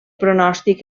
pronòstic